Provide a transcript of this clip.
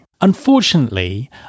Unfortunately